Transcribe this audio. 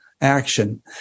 action